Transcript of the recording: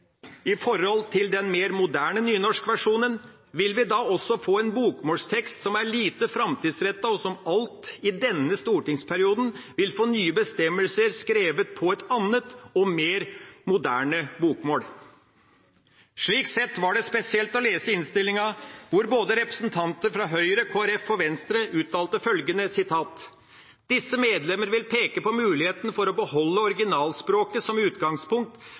i forhold til den mer moderne nynorskversjonen, vi vil da også få en bokmålstekst som er lite framtidsrettet, og som alt i denne stortingsperioden vil få nye bestemmelser skrevet på et annet og mer moderne bokmål. Slik sett var det spesielt å lese innstillinga hvor representantene fra Høyre, Kristelig Folkeparti og Venstre uttalte følgende: «Disse medlemmer vil peke på muligheten for å beholde originalspråket som utgangspunkt,